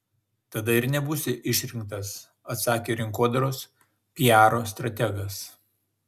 tada ir nebūsi išrinktas atsakė rinkodaros piaro strategas